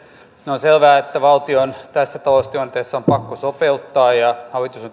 on selvää että valtion tässä taloustilanteessa on pakko sopeuttaa ja hallitus on